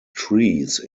trees